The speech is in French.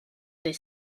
des